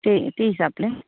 त्यही त्यही हिसाबले